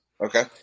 Okay